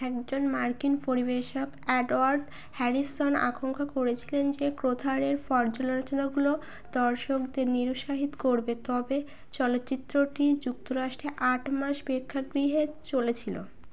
একজন মার্কিন পরিবেশক অ্যাডওয়ার্ড হ্যারিসন আকঙ্ক্ষা করেছিলেন যে ক্রথারের পর্যালোচনাগুলো দর্শকদের নিরুৎসাহিত করবে তবে চলচ্চিত্রটি যুক্তরাষ্ট্রে আট মাস প্রেক্ষাগৃহে চলেছিলো